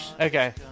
Okay